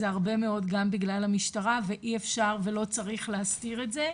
זה הרבה מאוד גם בגלל המשטרה ואי אפשר ולא צריך להסתיר את זה,